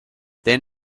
then